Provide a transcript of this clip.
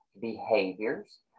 behaviors